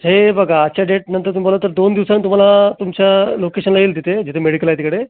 हे बघा आजच्या डेटनंतर तुम्ही बोललात तर दोन दिवसांत तुम्हाला तुमच्या लोकेशनला येईल तिथे जिथे मेडिकल आहे तिकडे